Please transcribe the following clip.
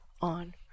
on